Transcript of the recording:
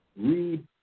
read